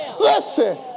Listen